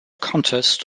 contest